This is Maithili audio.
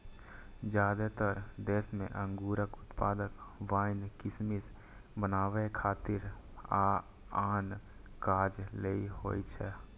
जादेतर देश मे अंगूरक उत्पादन वाइन, किशमिश बनबै खातिर आ आन काज लेल होइ छै